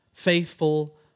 faithful